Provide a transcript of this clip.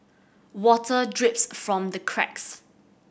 water drips from the cracks